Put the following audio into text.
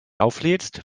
auflädst